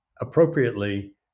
appropriately